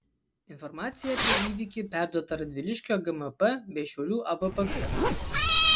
informacija apie įvykį perduota radviliškio gmp bei šiaulių avpk